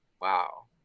wow